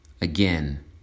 again